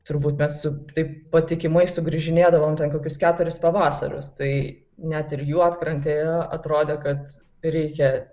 turbūt mes taip patikimai sugrįžinėdavom kokius keturis pavasarius tai net ir juodkrantėje atrodė kad reikia